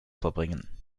verbringen